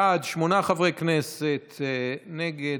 בעד, שמונה חברי כנסת, נגד,